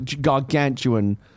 gargantuan